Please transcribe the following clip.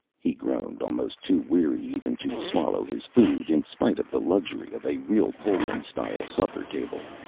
he groaned, almost too weary even to swallow his food, in spite of the luxury of a real, pullman-style supper table.